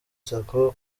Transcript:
sacco